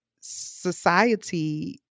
society